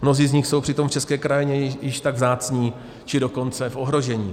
Mnozí z nich jsou přitom v české krajině již tak vzácní, či dokonce v ohrožení.